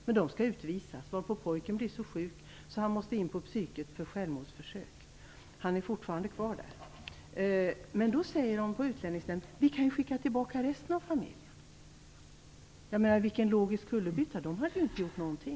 Men de skall utvisas, varpå pojken blir så sjuk att han måste in på psyket för självmordsförsök. Han är fortfarande kvar där. På Utlänningsnämnden säger man: Vi kan ju skicka tillbaka resten av familjen. Vilken logisk kullerbytta. De hade ju inte gjort någonting!